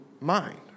mind